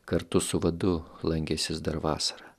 kartu su vadu lankęsis dar vasarą